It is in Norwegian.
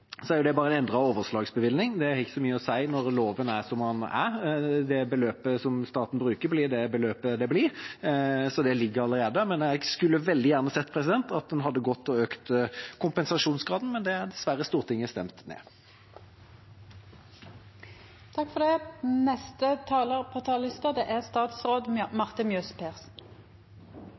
er det bare en endret overslagsbevilgning. Det har ikke så mye å si når loven er som den er. Det beløpet staten bruker, blir det beløpet det blir, så det ligger allerede inne. Men jeg skulle veldig gjerne sett at en hadde økt kompensasjonsgraden, men det har dessverre Stortinget stemt ned. Jeg har stor respekt for